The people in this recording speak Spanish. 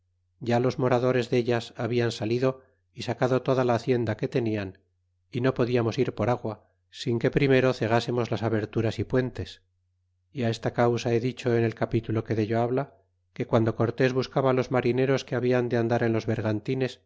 ya los moradores dellas hablan salido y sacado toda la hacienda que tenian y no podiamos ir por agua sin que primero cegásemos las aberturas y puentes y á esta causa he dicho en el capitulo que dello habla que guando cortés buscaba los marineros que hablan de andar en los